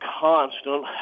constant